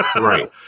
Right